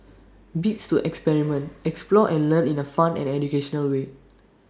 bits to experiment explore and learn in A fun and educational way